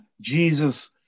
Jesus